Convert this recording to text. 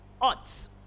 odds